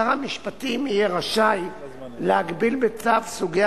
שר המשפטים יהיה רשאי להגביל בצו סוגי